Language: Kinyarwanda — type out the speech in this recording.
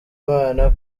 imana